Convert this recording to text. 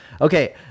Okay